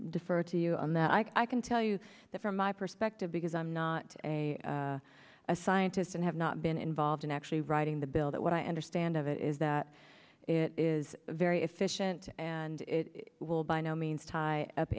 defer to you on that i can tell you that from my perspective because i'm not a a scientist and have not been involved in actually writing the bill that what i understand of it is that it is very efficient and it will by no means tie up